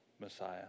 Messiah